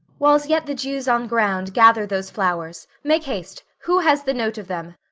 whiles yet the dew's on ground, gather those flowers make haste who has the note of them?